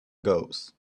goes